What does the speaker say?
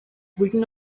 written